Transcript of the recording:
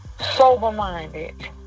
sober-minded